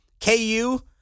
KU